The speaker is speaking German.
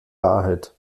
wahrheit